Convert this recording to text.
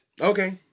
Okay